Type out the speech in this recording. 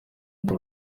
uko